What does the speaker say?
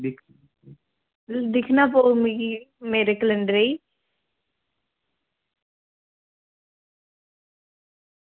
दिकखना पौग मिगी मेरे कैलेंडरै ई